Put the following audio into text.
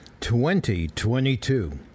2022